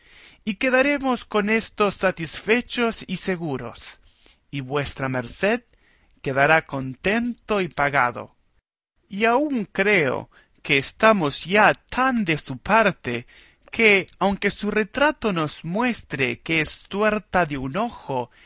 y quedaremos con esto satisfechos y seguros y vuestra merced quedará contento y pagado y aun creo que estamos ya tan de su parte que aunque su retrato nos muestre que es tuerta de un ojo